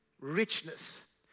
richness